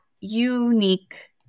unique